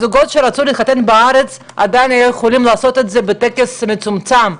הזוגות שרצו להתחתן בארץ היו עדיין יכולים לעשות את זה בטקס מצומצם,